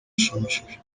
ishimishije